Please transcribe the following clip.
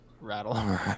rattle